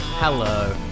Hello